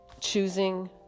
choosing